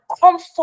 comfort